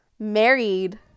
married